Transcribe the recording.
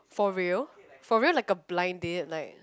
for real for real like a blind date like